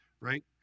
right